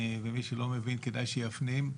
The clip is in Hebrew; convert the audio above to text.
ומי שלא מבין כדאי שיפנים,